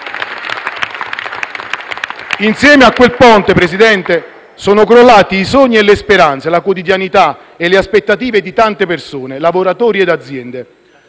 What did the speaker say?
Insieme a quel ponte, Signor Presidente, sono crollati i sogni e le speranze, la quotidianità e le aspettative di tante persone, lavoratori e aziende.